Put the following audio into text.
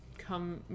Come